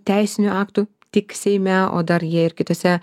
teisinių aktų tik seime o dar jie ir kitose